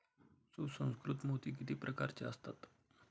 सुसंस्कृत मोती किती प्रकारचे असतात?